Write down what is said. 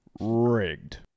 rigged